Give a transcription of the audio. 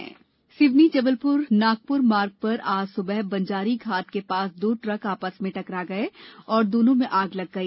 बस दुर्घटना सिवनी जबलपुर नागपुर मार्ग पर आज सुबह बंजारी घाट के पास दो ट्रक आपस में टकरा गए और दोनों में आग लग गई